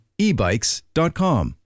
ebikes.com